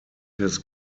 his